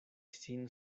sin